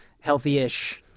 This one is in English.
healthy-ish